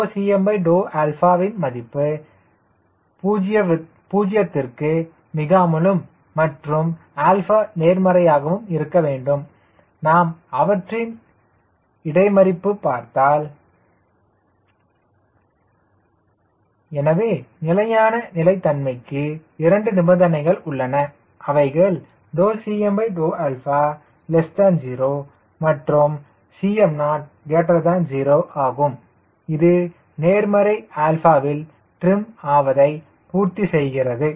எனவே Cma ன் மதிப்பு 0 விற்கு மிகாமலும் மற்றும் 𝛼 நேர்மறையாகவும் இருக்க வேண்டும் நாம் அவற்றின் இடைமறிப்பு பார்த்தால் Cmo0 எனவே நிலையான நிலை தன்மைக்கு இரண்டு நிபந்தனைகள் உள்ளது அவைகள் Cma 0 மற்றும் Cmo0 ஆகும் இது நேர்மறை 𝛼 வில் ட்ரிம் ஆவதை பூர்த்தி செய்கிறது